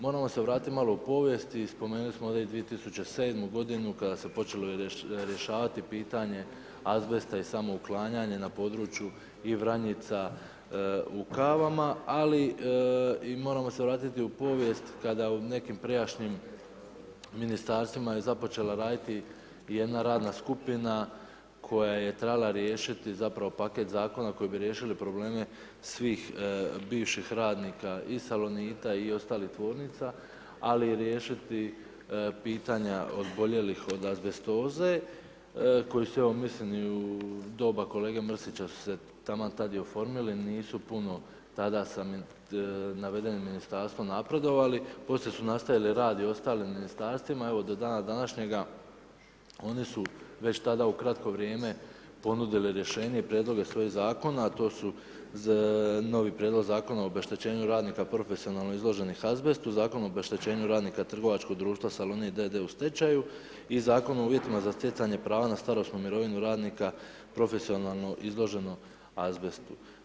Moramo se vratiti malo u povijest, spomenuli smo ovdje 2007. godinu kada se počelo rješavati pitanje azbesta i samo uklanjanje na području i Vranjica u Kavama, ali i moramo se vratiti u povijest kada u nekim prijašnjim ministarstvima je započela raditi jedna radna skupina koja je trebala riješiti zapravo paket zakona koji bi riješili probleme svih bivših radnika i Salonita i ostalih tvornica, ali riješiti pitanja oboljelih od azbestoze, koji su evo mislim i u doba kolege Mrsića su se taman tad oformili, nisu puno tada sa navedenim ministarstvom napredovali, poslije su nastavili rad i ostalim ministarstvima i evo do dana današnjega oni su već tada u kratko vrijeme ponudili rješenje i prijedloge svojih zakona, a to su novi prijedlog zakona o obeštećenju radnika profesionalno izloženih azbestu, zakon o obeštećenju radnika trgovačkog društva Salonit d.d. u stečaju i Zakon o uvjetima za stjecanje prava na starosnu mirovinu radnika profesionalno izloženo azbestu.